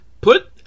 Put